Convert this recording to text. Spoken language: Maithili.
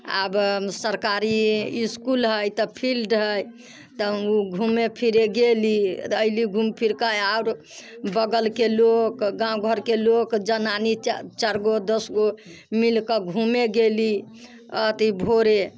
आब सरकारी इसकुल हय तऽ फील्ड हय तऽ घूमे फिरे गेली ऐली घूमि फिरके आओर बगलके लोक गाँव घरके लोक जनानी चारिगो दस गो मिलके घूमे गेली अथी भोरे